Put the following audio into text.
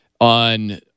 on